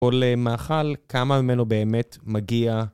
או למאכל כמה ממנו באמת מגיע.